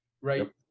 right